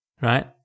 right